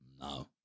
No